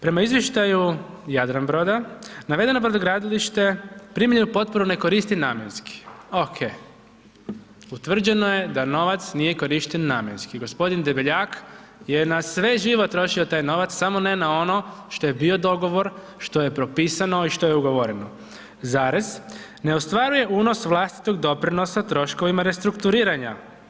Prema izvještaju Jadranbroda navedeno brodogradilište primljenu potporu ne koristi namjenski, okej, utvrđeno je da novac nije korišten namjenski, g. Debeljak je na sve živo trošio taj novac, samo ne na ono što je bio dogovor, što je propisano i što je ugovoreno, ne ostvaruje unos vlastitog doprinosa troškovima restrukturiranja.